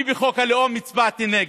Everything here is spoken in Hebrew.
אני בחוק הלאום הצבעתי נגד,